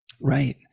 Right